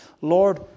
Lord